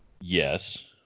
Yes